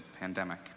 pandemic